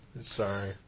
Sorry